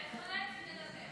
בהחלט מדברת.